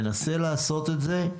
ננסה לעשות את זה,